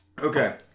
Okay